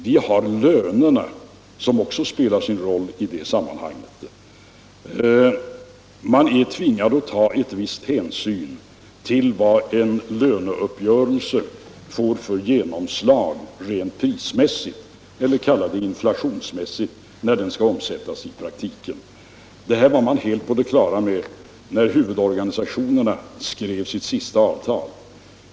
Vi har lönerna som spelar sin roll i det sammanhanget. Man är tvingad att ta en viss hänsyn till vad en löneuppgörelse får för genomslag rent prismässigt — eller kalla det inflationsmässigt — när den skall omsättas i praktiken. Det här var man helt på det klara med när huvudorganisationerna skrev sitt senaste avtal.